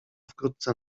wkrótce